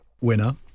Winner